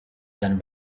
been